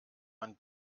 man